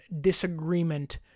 disagreement